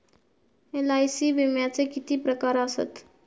LIC विम्याचे किती प्रकार आसत?